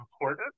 important